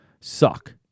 suck